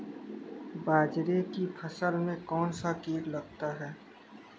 बाजरे की फसल में कौन सा कीट लगता है?